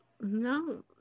No